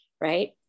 right